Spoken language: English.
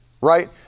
right